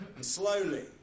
slowly